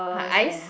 uh ice